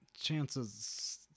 Chances